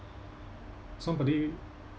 somebody